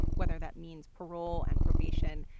whether that means parole and probation,